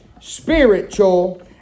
spiritual